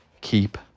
keep